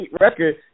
record